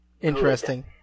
Interesting